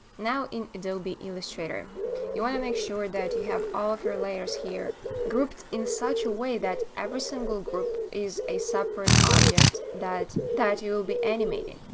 now, in adobe illustrator you want to make sure that you have all of your layers here grouped in such a way that every single group is a separate object that that you will be animating.